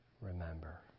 Remember